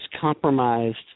compromised